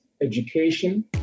education